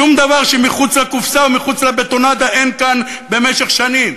שום דבר שמחוץ לקופסה או מחוץ לבטונדה אין כאן במשך שנים.